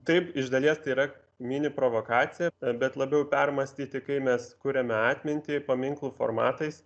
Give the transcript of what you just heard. taip iš dalies tai yra mini provokacija bet labiau permąstyti kai mes kuriame atmintį paminklų formatais